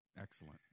Excellent